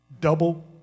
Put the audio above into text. double